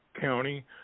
County